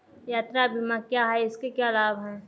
यात्रा बीमा क्या है इसके क्या लाभ हैं?